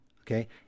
Okay